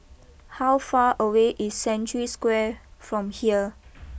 how far away is Century Square from here